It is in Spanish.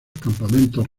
campamentos